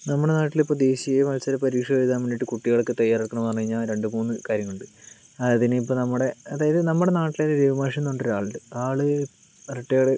നമ്മടെ നാട്ടിലിപ്പോൾ ദേശീയ മത്സര പരീക്ഷ എഴുതാൻ വേണ്ടിയിട്ട് കുട്ടികൾക്ക് തയ്യാറെടുക്കുന്നെന്ന് പറഞ്ഞ് കഴിഞ്ഞാൽ രണ്ട് മൂന്ന് കാര്യങ്ങളുണ്ട് അതായത് ഇനിയിപ്പോൾ നമ്മുടെ അതായത് നമ്മുടെ നാട്ടിലെ രവി മാഷെന്ന് പറഞ്ഞിട്ടൊരാളുണ്ട് ആ ആൾ റിട്ടയേർഡ്